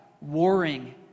warring